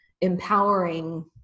empowering